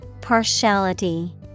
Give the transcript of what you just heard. Partiality